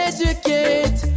Educate